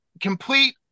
complete